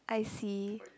I see